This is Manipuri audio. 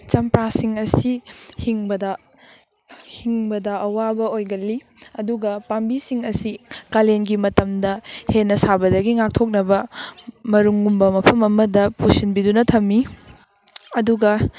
ꯆꯝꯄ꯭ꯔꯥꯁꯤꯡ ꯑꯁꯤ ꯍꯤꯡꯕꯗ ꯍꯤꯡꯕꯗ ꯑꯋꯥꯕ ꯑꯣꯏꯒꯜꯂꯤ ꯑꯗꯨꯒ ꯄꯥꯝꯕꯤꯁꯤꯡ ꯑꯁꯤ ꯀꯥꯂꯦꯟꯒꯤ ꯃꯇꯝꯗ ꯍꯦꯟꯅ ꯁꯥꯕꯗꯒꯤ ꯉꯥꯛꯊꯣꯛꯅꯕ ꯃꯔꯨꯝꯒꯨꯝꯕ ꯃꯐꯝ ꯑꯃꯗ ꯄꯨꯁꯤꯟꯕꯤꯗꯨꯅ ꯊꯝꯃꯤ ꯑꯗꯨꯒ